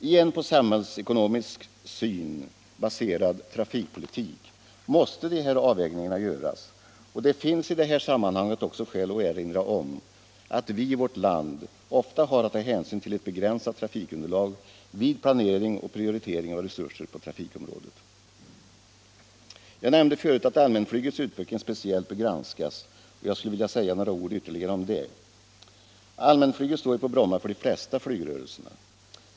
I en på en samhällsekonomisk syn baserad trafikpolitik måste de här avvägningarna göras, och det finns i det här sammanhanget också skäl att erinra om att vi i vårt land ofta har att ta hänsyn till ett begränsat trafikunderlag vid planering och prioritering av resurser på trafikområdet. Jag nämnde förut att allmänflygets utveckling speciellt bör granskas, och jag skulle vilja säga några ord ytterligare om detta. Allmänflyget står ju på Bromma för de flesta flygrörelserna.